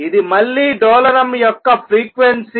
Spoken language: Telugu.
ఇది మళ్ళీ డోలనం యొక్క ఫ్రీక్వెన్సీ